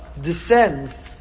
descends